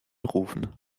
rufen